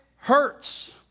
hurts